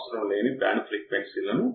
ఇది సరైనది నేను ఉహిస్తున్నాను